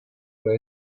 peut